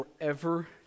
forever